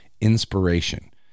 inspiration